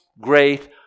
great